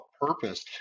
purpose